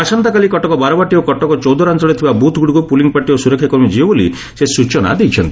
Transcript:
ଆସନ୍ତାକାଲି କଟକ ବାରବାଟୀ ଓ କଟକ ଚୌଦ୍ୱାର ଅଅଳରେ ଥିବା ବୁଥ୍ଗୁଡ଼ିକୁ ପୁଲିଂ ପାର୍ଟି ଏବଂ ସୁରକ୍ଷାକର୍ମୀ ଯିବେ ବୋଲି ସେ ସୂଚନା ଦେଇଛନ୍ତି